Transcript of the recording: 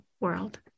world